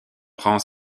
prend